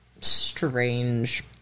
strange